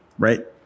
Right